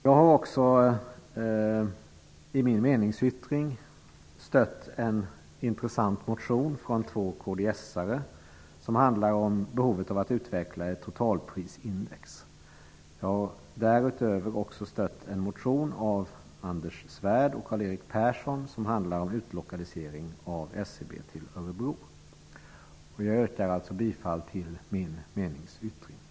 Jag har också i min meningsyttring stött en intressant motion från två kds:are som handlar om behovet av att utveckla ett totalprisindex. Jag har därutöver också stött en motion av Anders Svärd och Karl-Erik Persson som gäller utlokalisering av Jag yrkar alltså bifall till min meningsyttring.